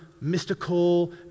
mystical